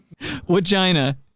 Vagina